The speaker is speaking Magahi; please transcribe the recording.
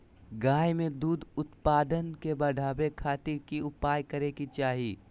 गाय में दूध उत्पादन के बढ़ावे खातिर की उपाय करें कि चाही?